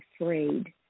afraid